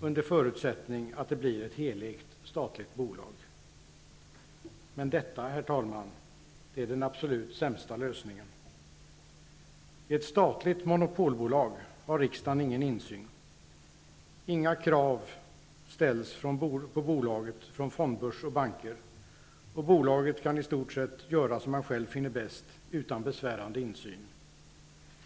under förutsättning att det blir ett helägt statligt bolag. Men detta, herr talman, är den absolut sämsta lösningen. I ett statligt monopolbolag har riksdagen ingen insyn, inga krav ställs på bolaget från fondbörs och banker, och man bolaget kan i sort sett göra som man själv finner bäst, utan besvärande insyn.